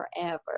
forever